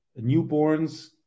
newborns